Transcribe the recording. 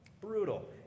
Brutal